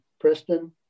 Preston